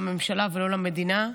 לממשלה ולא למדינה.